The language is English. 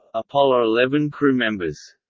apollo eleven crew members